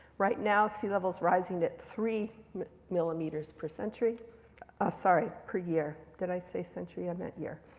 right now, sea level's rising to three millimeters per century ah sorry, per year. did i say century? i meant year.